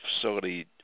facility